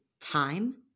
time